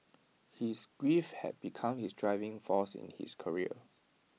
his grief had become his driving force in his career